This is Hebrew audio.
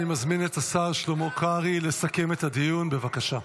אני מזמין את השר שלמה קרעי לסכם את הדיון, בבקשה.